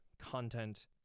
content